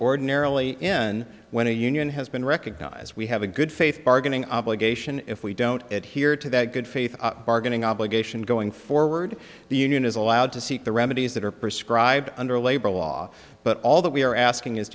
ordinarily n when a union has been recognize we have a good faith bargaining obligation if we don't adhere to that good faith bargaining obligation going forward the union is allowed to seek the remedies that are prescribed under labor law but all that we are asking is